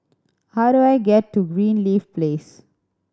how do I get to Greenleaf Place